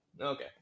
Okay